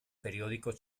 periódicos